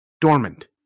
Dormant